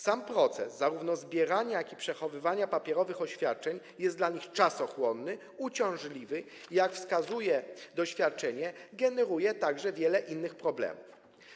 Sam proces zarówno zbierania, jak i przechowywania papierowych oświadczeń jest dla nich czasochłonny, uciążliwy i, jak wskazuje doświadczenie, generuje także wiele innych problemów.